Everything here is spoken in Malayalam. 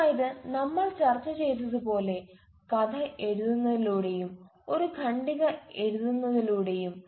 അതായത് നമ്മൾ ചർച്ച ചെയ്തതുപോലെ കഥ എഴുതുന്നതിലൂടെയും ഒരു ഖണ്ഡിക എഴുതുന്നതിലൂടെയും